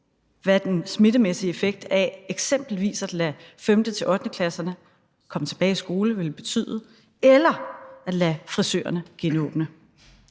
hvad den smittemæssige effekt af eksempelvis at lade 5. til 8.-klasserne komme tilbage i skole ville være eller af at lade frisørerne genåbne.